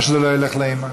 למה שזה לא ילך לאימא?